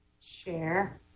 Share